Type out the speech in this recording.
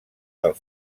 del